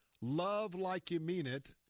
love-like-you-mean-it